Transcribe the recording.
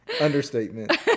Understatement